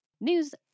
news